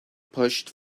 pushed